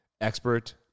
expert